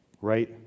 right